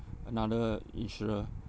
another insurer